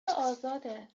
ازاده